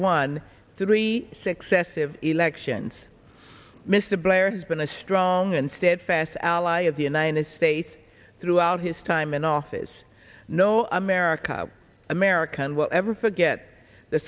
won three successive elections mr blair has been a strong and steadfast ally of the united states throughout his time in office no america american will ever forget the